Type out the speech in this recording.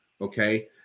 Okay